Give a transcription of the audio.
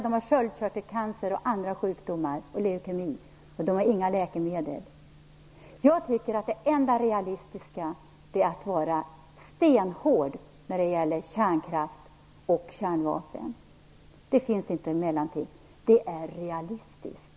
De har sköldkörtelcancer, leukemi och andra sjukdomar, och de har inga läkemedel. Jag tycker att det enda realistiska är att vara stenhård när det gäller kärnkraft och kärnvapen. Det finns inga mellanting. Det är realistiskt.